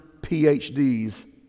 PhDs